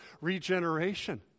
regeneration